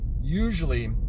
usually